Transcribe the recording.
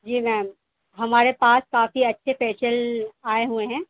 جی ma'am ہمارے پاس کافی اچھے فیشیل آئے ہوئے ہیں